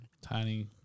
Tiny